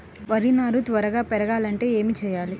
వరి నారు త్వరగా పెరగాలంటే ఏమి చెయ్యాలి?